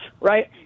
right